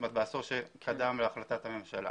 זאת אומרת, בעשור שקדם להחלטת הממשלה.